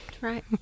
Right